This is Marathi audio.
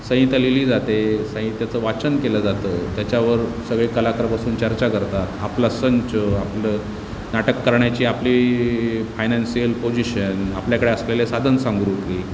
संहिता लिहिली जाते संहितेचं वाचन केलं जातं त्याच्यावर सगळे कलाकार बसून चर्चा करतात आपला संच आपलं नाटक करण्याची आपली फाइनानसिअल पोजिशन आपल्याकडे असलेलं साधन सामग्री